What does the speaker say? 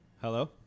Hello